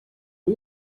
you